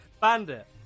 Bandit